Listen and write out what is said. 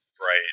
Right